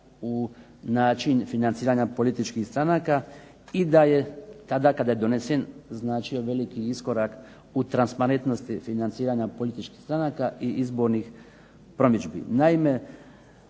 u način financiranja političkih stranaka i da je tada kada je donesen značio veliki iskorak u transparentnosti financiranja političkih stranaka i izbornih promidžbi.